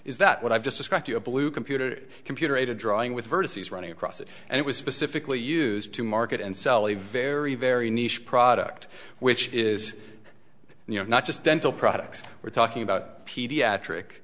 is that what i've just described to a blue computer computer a drawing with vertices running across it and it was specifically used to market and sell a very very nice product which is not just dental products we're talking about pediatric